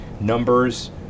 numbers